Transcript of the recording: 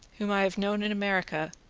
whom i have known in america,